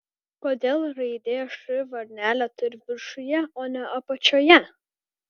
kodėl raidė š varnelę turi viršuje o ne apačioje